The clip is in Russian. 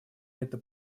это